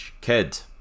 kid